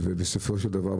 ובסופו של דבר,